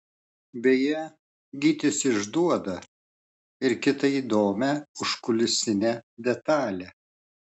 beje gytis išduoda ir kitą įdomią užkulisinę detalę